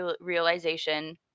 realization